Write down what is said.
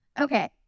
Okay